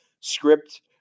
script